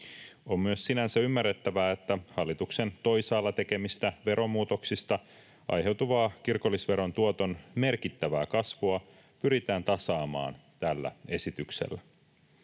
On myös sinänsä ymmärrettävää, että hallituksen toisaalla tekemistä veromuutoksista aiheutuvaa kirkollisveron tuoton merkittävää kasvua pyritään tasaamaan tällä esityksellä.